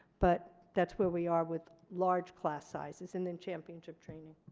but that's where we are with large class sizes. and then championship training.